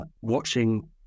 watching